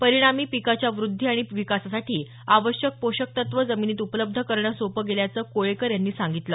परिणामी पिकाच्या वृद्धी आणि विकासासाठी आवश्यक पोषक तत्त्व जमिनीत उपलब्ध करणं सोपं गेल्याचं कोळेकर यांनी सांगितलं